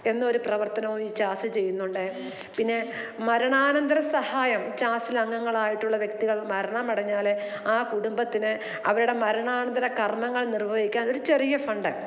എന്നൊരു പ്രവർത്തനവും ഈ ചാസ്സ് ചെയ്യുന്നുണ്ട് പിന്നെ മരണാനന്തര സഹായം ചാസ്സിലംഗങ്ങളായിട്ടുള്ള വ്യക്തികൾ മരണമടഞ്ഞാൽ ആ കുടുംബത്തിന് അവരുടെ മരണാനന്തര കർമ്മങ്ങൾ നിർവ്വഹിക്കാൻ ഒരു ചെറിയ ഫണ്ട്